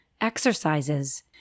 exercises